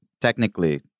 technically